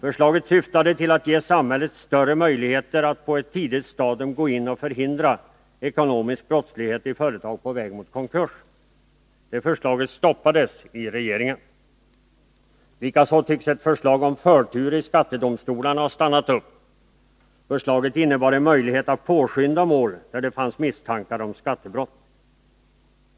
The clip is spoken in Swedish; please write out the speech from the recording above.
Förslaget syftade till att ge samhället större möjligheter att på ett tidigt stadium gå in och förhindra ekonomisk brottslighet i företag på väg mot konkurs. Det förslaget stoppades i regeringen. Likaså tycks ett förslag om förtur i skattedomstolarna ha blivit stoppat. Förslaget innebar en möjlighet att påskynda mål där det fanns misstankar om skattebrott.